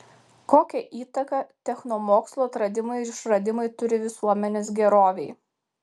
kokią įtaką technomokslo atradimai ir išradimai turi visuomenės gerovei